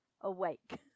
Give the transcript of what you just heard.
awake